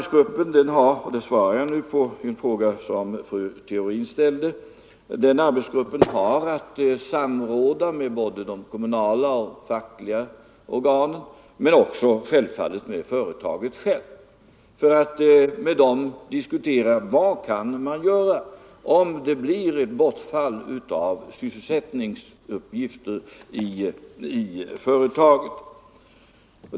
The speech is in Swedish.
Som svar på fru Theorins fråga vill jag då säga att denna arbetsgrupp skall samråda både med de lokala och med de centrala fackliga organen. Självfallet skall arbetsgruppen också diskutera med företaget självt om vad som kan göras om det blir bortfall av sysselsättning i företaget.